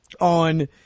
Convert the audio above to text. on